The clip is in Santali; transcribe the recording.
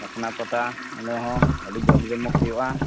ᱟᱥᱱᱟ ᱯᱟᱛᱟ ᱚᱸᱰᱮ ᱦᱚᱸ ᱟᱹᱰᱤ ᱡᱟᱠ ᱡᱚᱢᱚᱠ ᱦᱩᱭᱩᱜᱼᱟ